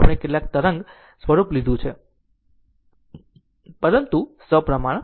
આપણે કેટલાક તરંગ સ્વરૂપ લીધું છે પરંતુ સપ્રમાણ